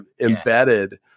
embedded